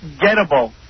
gettable